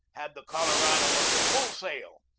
had the colorado under full sail,